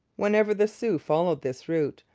whenever the sioux followed this route,